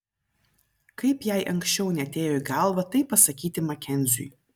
kaip jai anksčiau neatėjo į galvą tai pasakyti makenziui